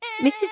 Mrs